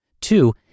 Two